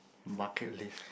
bucket list